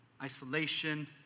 isolation